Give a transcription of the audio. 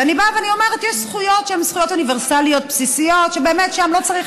ואני באה ואומרת: יש זכויות שהן זכויות אוניברסליות בסיסיות שלא צריך